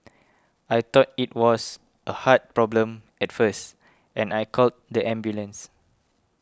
I thought it was a heart problem at first and I called the ambulance